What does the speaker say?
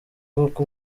koko